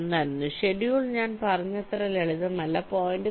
1 ആയിരുന്നു ഷെഡ്യൂൾ ഞാൻ പറഞ്ഞത്ര ലളിതമല്ല 0